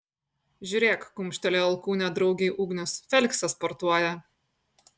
žiūrėk kumštelėjo alkūne draugei ugnius feliksas sportuoja